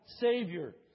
Savior